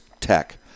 tech